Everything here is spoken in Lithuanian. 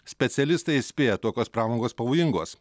specialistai įspėja tokios pramogos pavojingos